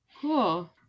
Cool